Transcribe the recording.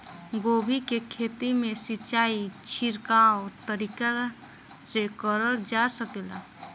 गोभी के खेती में सिचाई छिड़काव तरीका से क़रल जा सकेला?